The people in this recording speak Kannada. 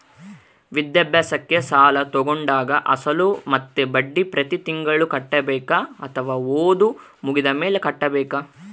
ವಿದ್ಯಾಭ್ಯಾಸಕ್ಕೆ ಸಾಲ ತೋಗೊಂಡಾಗ ಅಸಲು ಮತ್ತೆ ಬಡ್ಡಿ ಪ್ರತಿ ತಿಂಗಳು ಕಟ್ಟಬೇಕಾ ಅಥವಾ ಓದು ಮುಗಿದ ಮೇಲೆ ಕಟ್ಟಬೇಕಾ?